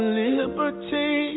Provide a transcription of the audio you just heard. liberty